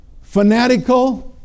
fanatical